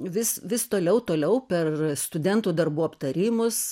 vis vis toliau toliau per studentų darbų aptarimus